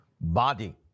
body